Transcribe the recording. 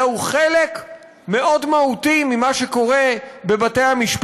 אלא הוא חלק מהותי מאוד ממה שקורה בבתי-המשפט,